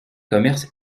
commerces